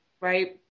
Right